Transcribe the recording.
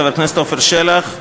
חבר הכנסת עפר שלח,